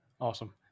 Awesome